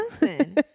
Listen